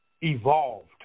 evolved